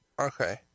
Okay